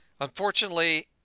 Unfortunately